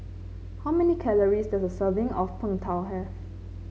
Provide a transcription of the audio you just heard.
how many calories does a serving of Png Tao have